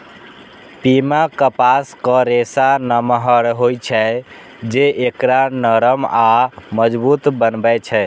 पीमा कपासक रेशा नमहर होइ छै, जे एकरा नरम आ मजबूत बनबै छै